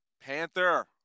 Panther